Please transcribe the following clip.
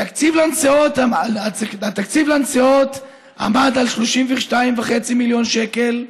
התקציב לנסיעות עמד על 32.5 מיליון שקל.